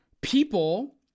People